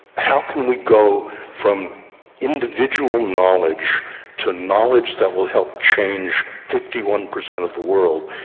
how can we go from individual knowledge to knowledge that will help change fifty one per cent of the world?